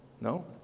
No